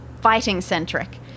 fighting-centric